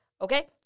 okay